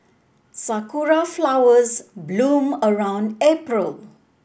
sakura flowers bloom around April